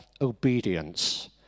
obedience